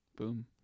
Boom